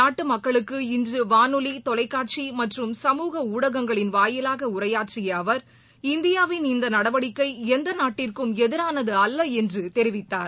நாட்டுமக்களுக்கு இன்றவானொலி தொலைக்காட்சிமற்றம் சமூக ஊடகங்களின் வாயிலாகஉரையாற்றியஅவர் இந்தியாவின் இந்தநடவடிக்கைஎந்தநாட்டிற்கும் எதிரானதல்லஎன்றுதெரிவித்தார்